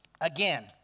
Again